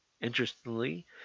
Interestingly